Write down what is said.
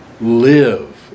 live